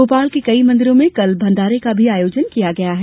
भोपाल के कई मंदिरों में भंडारे का भी आयोजन किया गया है